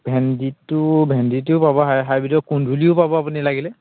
ভেণ্ডিতটো ভেণ্ডিটোও পাব হাইব্ৰীডত কুন্ধুলিও পাব আপুনি লাগিলে